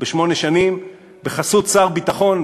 בשמונה שנים בחסות שר הביטחון,